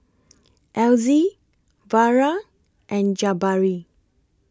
Elzie Vara and Jabari